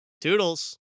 Toodles